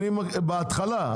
בהתחלה.